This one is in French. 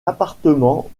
appartement